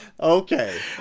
Okay